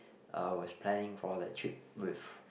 uh was planning for that trip with